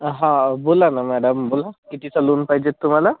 हां बोला ना मॅडम बोला कितीचं लोन पाहिजे तुम्हाला